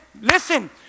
Listen